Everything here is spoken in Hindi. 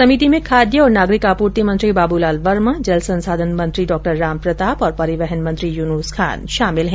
समिति में खाद्य और नागरिक आपूर्ति मंत्री बाबूलाल वर्मा जल ससांधन मंत्री डॉ रामप्रताप और परिवहन मंत्री यूनुस खान शामिल है